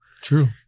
True